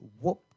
whoop